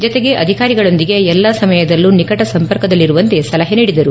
ಜತೆಗೆ ಅಧಿಕಾರಿಗಳೊಂದಿಗೆ ಎಲ್ಲ ಸಮಯದಲ್ಲೂ ನಿಕಟ ಸಂಪರ್ಕದಲ್ಲಿರುವಂತೆ ಸಲಹೆ ನೀಡಿದರು